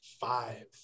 five